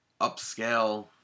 upscale